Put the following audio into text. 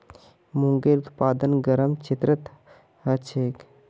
मूंगेर उत्पादन गरम क्षेत्रत ह छेक